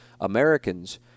Americans